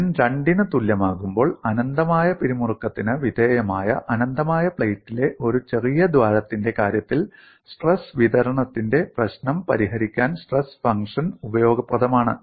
n 2 ന് തുല്യമാകുമ്പോൾ അനന്തമായ പിരിമുറുക്കത്തിന് വിധേയമായ അനന്തമായ പ്ലേറ്റിലെ ഒരു ചെറിയ ദ്വാരത്തിന്റെ കാര്യത്തിൽ സ്ട്രെസ് വിതരണത്തിന്റെ പ്രശ്നം പരിഹരിക്കാൻ സ്ട്രെസ് ഫംഗ്ഷൻ ഉപയോഗപ്രദമാണ്